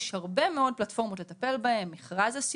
יש הרבה מאוד פלטפורמות לטפל בהן: מכרז,